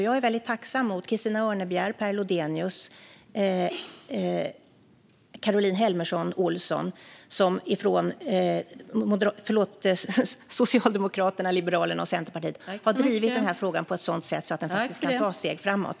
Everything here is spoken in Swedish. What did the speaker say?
Jag är väldigt tacksam mot Christina Örnebjär, Per Lodenius och Caroline Helmersson Olsson från Liberalerna, Centerpartiet och Socialdemokraterna, som har drivit denna fråga på ett sådant sätt att den faktiskt kan ta steg framåt.